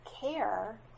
care